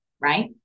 right